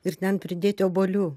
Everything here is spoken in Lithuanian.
ir ten pridėti obuolių